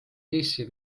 eesti